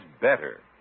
better